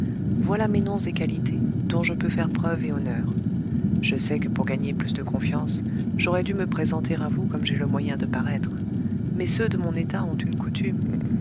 voilà mes noms et qualités dont je peux faire preuve et honneur je sais que pour gagner plus de confiance j'aurais dû me présenter à vous comme j'ai le moyen de paraître mais ceux de mon état ont une coutume